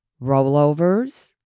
rollovers